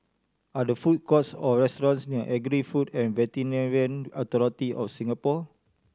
are there food courts or restaurants near Agri Food and Veterinary Authority of Singapore